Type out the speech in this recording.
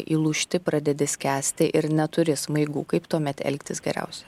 įlūžti pradedi skęsti ir neturi smaigų kaip tuomet elgtis geriausia